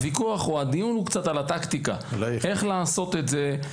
הוויכוח או הדיון הוא על הטקטיקה של איך לעשות את זה.